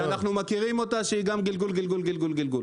אנחנו מכירים אותה שהיא גם גלגול, גלגול, גלגול.